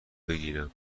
بکیرم